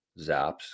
Zaps